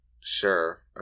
sure